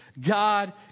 God